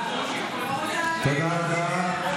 תודה רבה.